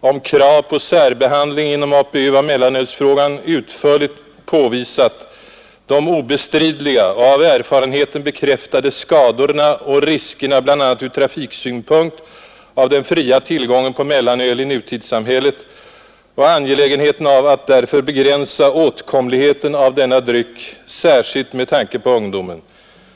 om krav på särbehandling inom APU av mellanölsfrågan utförligt påvisat de obestridliga och av erfarenheten bekräftade skadorna och riskerna bl.a. ur trafiksynpunkt av den fria tillgången på mellanöl i nutidssamhället och angelägenheten av att därför begränsa åtkomligheten av denna dryck särskilt med tanke på ungdomen.